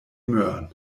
möhren